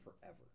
forever